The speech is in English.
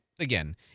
Again